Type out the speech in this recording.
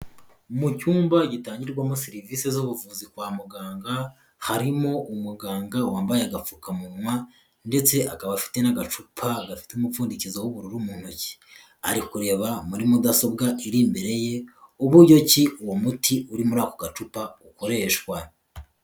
Mu cyumba gitangirwamo serivisi z'ubuvuzi kwa muganga, harimo umuganga wambaye agapfukamunwa, ndetse akaba afite n'agacupa gafite umupfundikizo w'ubururu mu ntoki. Ari kureba muri mudasobwa iri imbere ye, uburyo ki uwo muti uri muri ako gacupa ukoreshwa.